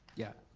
yeah,